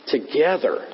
Together